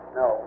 no